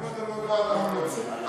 אם אתה לא בא, אנחנו לא רוצים.